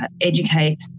educate